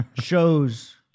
shows